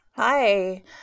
Hi